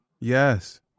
Yes